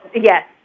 Yes